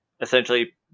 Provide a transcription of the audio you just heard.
essentially